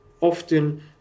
often